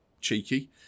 cheeky